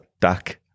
duck